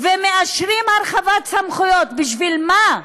ומאשרים הרחבת סמכויות, בשביל מה?